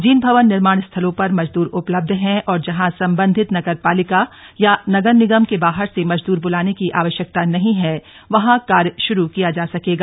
जिन भवन निर्माण स्थलों पर मजद्रर उपलब्ध हैं और जहां संबंधित नगरपालिका या नगर निगम के बाहर से मजदर बलाने की आवश्यकता नहीं है वहां कार्य श्रू किया जा सकेगा